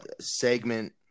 segment